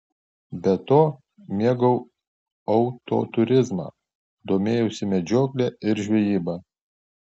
be to mėgau autoturizmą domėjausi medžiokle ir žvejyba